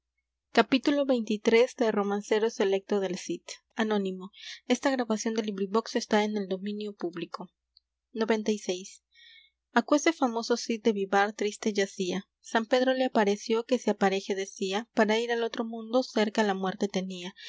xcvi aquese famoso cid de vivar triste yacía san pedro le apareció que se apareje decía para ir al otro mundo cerca la muerte